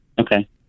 okay